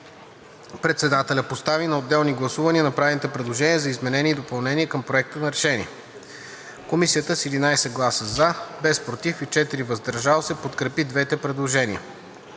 Председателят постави на отделни гласувания направените предложения за изменение и допълнение към Проекта на решение. Комисията с 11 гласа „за“, без „против“ и 4 „въздържал се“ подкрепи двете предложения.